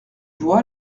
voix